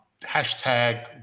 hashtag